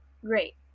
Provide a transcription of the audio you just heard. great